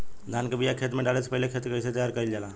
धान के बिया खेत में डाले से पहले खेत के कइसे तैयार कइल जाला?